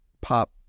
pop